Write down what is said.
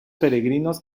peregrinos